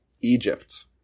Egypt